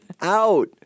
out